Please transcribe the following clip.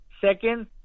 Second